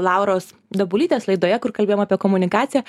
lauros dabulybės laidoje kur kalbėjom apie komunikaciją